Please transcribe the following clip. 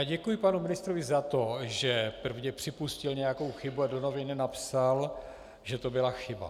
Děkuji panu ministrovi za to, že prvně připustil nějakou chybu a do novin napsal, že to byla chyba.